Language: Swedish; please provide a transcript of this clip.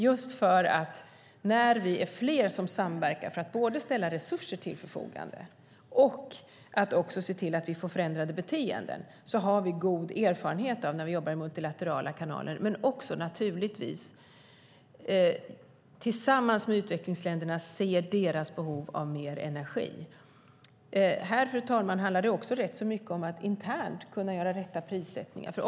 Vi har god erfarenhet av att samverka i multilaterala kanaler, men naturligtvis också tillsammans med utvecklingsländerna, både för att ställa resurser till förfogande för deras behov av mer energi och för att se till att vi får förändrade beteenden. Här, fru talman, handlar det också rätt så mycket om att internt kunna göra rätt prissättningar.